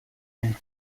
and